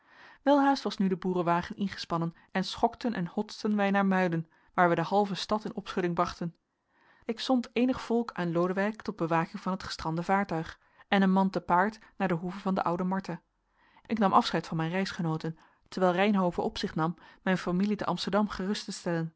welhaast was nu de boerewagen ingespannen en schokten en hotsten wij naar muiden waar wij de halve stad in opschudding brachten ik zond eenig volk aan lodewijk tot bewaking van het gestrande vaartuig en een man te paard naar de hoeve van de oude martha ik nam afscheid van mijn reisgenooten terwijl reynhove op zich nam mijne familie te amsterdam gerust te stellen